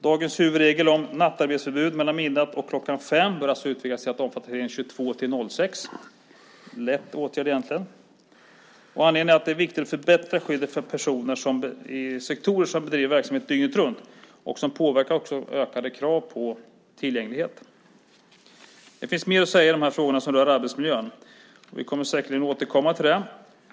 Dagens huvudregel om nattarbetsförbud mellan midnatt och klockan fem bör alltså utvidgas till att omfatta tiden mellan kl. 22 och 06. Det är en åtgärd som är lätt att vidta. Anledningen är att det är viktigt att förbättra skyddet för personer i sektorer som bedriver verksamhet dygnet runt och som påverkas av ökade krav på tillgänglighet. Det finns mer att säga om arbetsmiljöfrågor. Vi kommer säkerligen att återkomma till dem.